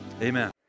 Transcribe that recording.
Amen